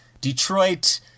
Detroit